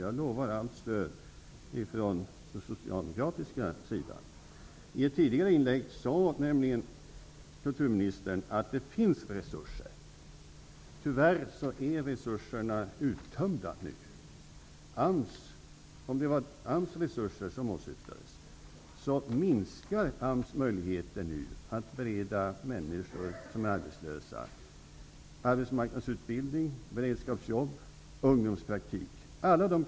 Jag lovar allt stöd ifrån den socialdemokratiska sidan. I ett tidigare inlägg sade kulturministern att det finns resurser. Tyvärr är resurserna uttömda nu. Om det var AMS resurser som åsyftades vill jag säga att AMS möjligheter att bereda människor som är arbetslösa arbetsmarknadsutbildning, beredskapsjobb eller ungdomspraktik nu minskar.